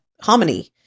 hominy